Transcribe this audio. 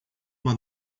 uma